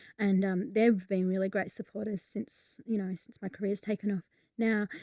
and, um, they've been really great supporters since, you know, since my career has taken off now.